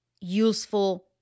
useful